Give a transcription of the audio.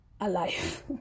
alive